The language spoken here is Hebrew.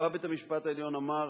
בא בית-המשפט העליון ואמר: